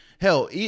hell